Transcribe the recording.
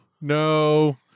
No